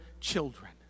children